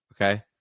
okay